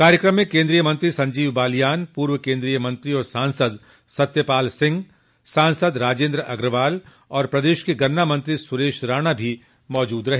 कार्यक्रम में केन्द्रीय मंत्री संजीव बालियान पूव केन्द्रीय मंत्री और सांसद सत्यपाल सिंह सांसद राजेन्द्र अग्रवाल और प्रदेश के गन्ना मंत्री सुरेश राणा भी मौजूद रहे